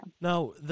Now